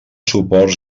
suports